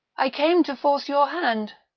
i came to force your hand.